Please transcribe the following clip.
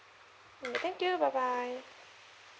mm thank you bye bye